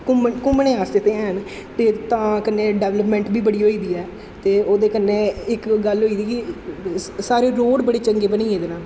घूम्मन घूमने आस्तै ते हैन ते तां कन्नै डैवलपमैंट बी बड़ी होई दी ऐ ते ओह्दे कन्नै इक गल्ल होई दी कि सारे रोड़ बड़े चंगे बनी गेदे न